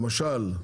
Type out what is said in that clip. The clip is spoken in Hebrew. למשל,